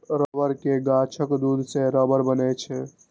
रबड़ के गाछक दूध सं रबड़ बनै छै